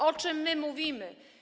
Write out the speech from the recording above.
O czym my mówimy?